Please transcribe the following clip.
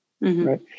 right